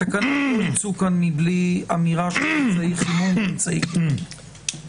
התקנות לא יצאו מכאן בלי אמירה של אמצעי חימום ואמצעי קירור.